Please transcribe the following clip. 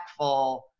impactful